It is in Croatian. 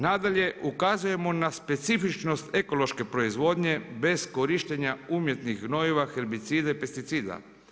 Nadalje, ukazujemo na specifičnost ekološke proizvodnje bez korištenja umjetnih gnojiva, herbicida i pesticida.